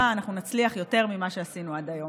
אנחנו נצליח יותר ממה שעשינו עד היום.